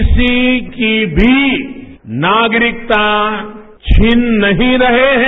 किसी की भी नागरिकता छीन नहीं रहे हैं